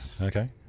Okay